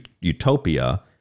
Utopia